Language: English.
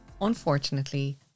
Unfortunately